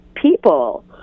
people